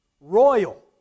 royal